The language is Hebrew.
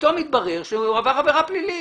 - שהוא עבר עבירה פלילית.